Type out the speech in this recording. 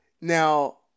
Now